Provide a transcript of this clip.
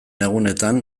egunetan